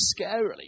scarily